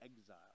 exile